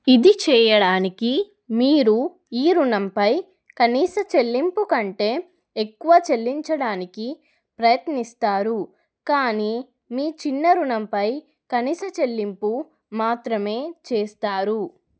ఇది చెయ్యడానికి మీరు ఈ రుణంపై కనీస చెల్లింపు కంటే ఎక్కువ చెల్లించడానికి ప్రయత్నిస్తారు కానీ మీ చిన్న రుణంపై కనీస చెల్లింపు మాత్రమే చేస్తారు